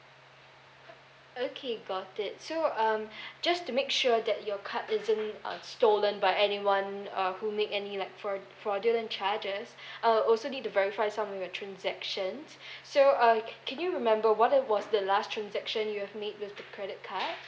okay got it so um just to make sure that your card isn't uh stolen by anyone uh who make any like fraud~ fraudulent charges I will also need to verify some of your transactions so uh can you remember what it was the last transaction you have made with the credit card